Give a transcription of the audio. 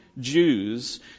Jews